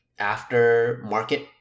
aftermarket